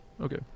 Okay